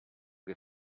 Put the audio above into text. che